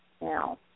now